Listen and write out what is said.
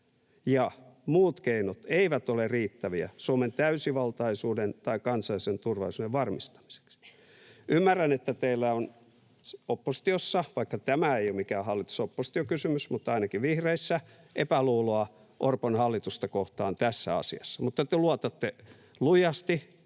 ja muut keinot eivät ole riittäviä Suomen täysivaltaisuuden tai kansallisen turvallisuuden varmistamiseksi.” Ymmärrän, että teillä on oppositiossa — vaikka tämä ei ole mikään hallitus—oppositio-kysymys, mutta ainakin vihreissä — epäluuloa Orpon hallitusta kohtaan tässä asiassa. Mutta te luotatte lujasti